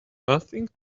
nothing